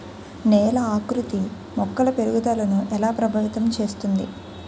నేల ఆకృతి మొక్కల పెరుగుదలను ఎలా ప్రభావితం చేస్తుంది?